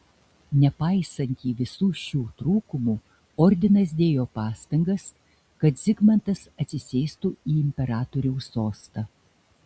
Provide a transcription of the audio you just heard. nepaisantį visų šių trūkumų ordinas dėjo pastangas kad zigmantas atsisėstų į imperatoriaus sostą